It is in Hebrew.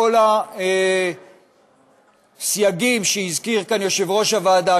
כל הסייגים שהזכיר כאן יושב-ראש הוועדה,